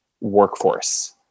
workforce